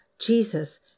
Jesus